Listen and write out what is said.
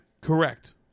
Correct